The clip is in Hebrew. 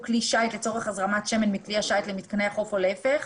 כלי שיט לצורך הזרמת שמן מכלי השיט למתקני החוף או להפך,